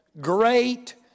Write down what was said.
great